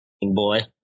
boy